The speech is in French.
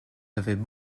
avaient